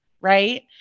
Right